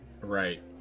Right